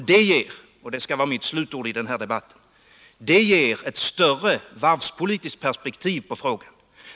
Det ger — och det skall vara mitt slutord i den här debatten — ett större varvspolitiskt perspektiv på frågan.